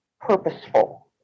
purposeful